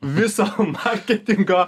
viso marketingo